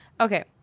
Okay